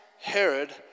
Herod